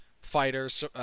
Fighters